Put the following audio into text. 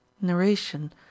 narration